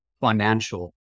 financial